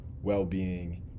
well-being